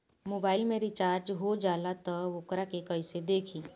Mobile में recharge हो जाला त वोकरा के कइसे देखी?